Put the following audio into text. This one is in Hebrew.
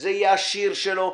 ושזה יהיה השיר שלו.